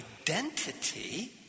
identity